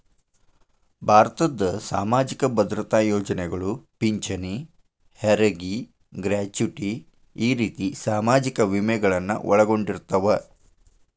ಭಾರತದ್ ಸಾಮಾಜಿಕ ಭದ್ರತಾ ಯೋಜನೆಗಳು ಪಿಂಚಣಿ ಹೆರಗಿ ಗ್ರಾಚುಟಿ ಈ ರೇತಿ ಸಾಮಾಜಿಕ ವಿಮೆಗಳನ್ನು ಒಳಗೊಂಡಿರ್ತವ